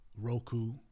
Roku